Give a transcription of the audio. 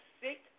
sick